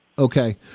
Okay